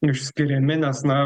išskiriami nes na